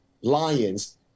lions